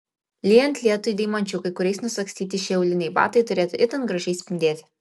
lyjant lietui deimančiukai kuriais nusagstyti šie auliniai batai turėtų itin gražiai spindėti